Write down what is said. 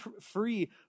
free